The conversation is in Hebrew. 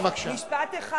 משפט אחד.